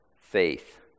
faith